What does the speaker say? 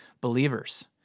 believers